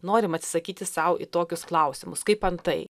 norime atsisakyti sau į tokius klausimus kaip antai